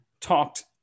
talked